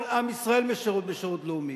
כל עם ישראל משרת בשירות לאומי.